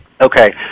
Okay